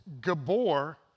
gabor